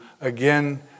again